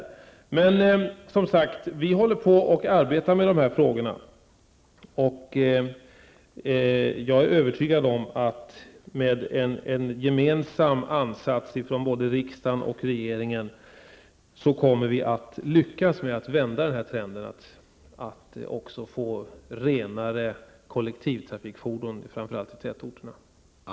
Vi håller som sagt på och arbetar med de här frågorna, och jag är övertygad om att vi med en gemensam insats från riksdagen och regeringen kommer att lyckas med att vända trenden och få renare kollektivtrafikfordon, framför allt i tätorterna.